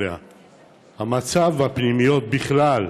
המצב בפנימיות בכלל,